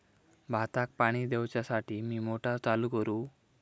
भाताक पाणी दिवच्यासाठी मी मोटर चालू करू?